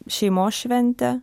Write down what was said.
šeimos šventė